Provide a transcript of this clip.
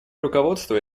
руководство